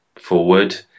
forward